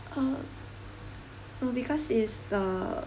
uh uh because is the